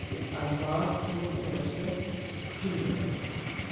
کے الفاظ سوچ سمجھ کر چننے پڑتے ہیں